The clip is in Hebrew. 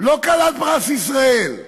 לא כלת פרס ישראל.